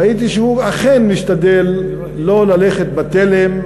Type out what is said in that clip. ראיתי שהוא אכן משתדל לא ללכת בתלם,